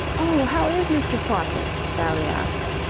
oh, how is mr. faucitt? sally asked,